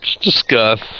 discuss